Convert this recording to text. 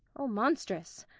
o monstrous!